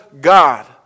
God